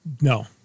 No